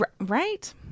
Right